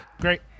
great